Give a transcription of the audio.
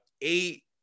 eight